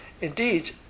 Indeed